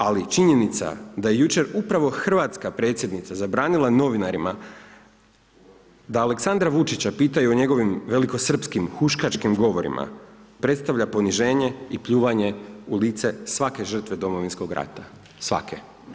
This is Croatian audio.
Ali, činjenica da jučer upravo hrvatska predsjednica, zabranila novinarima da Aleksandra Vučića pitaju o njegovoj velikosrpskim huškačkim govorima, predstavlja poniženje i pljuvanje u lice svake žrtva Domovinskog rata, svake.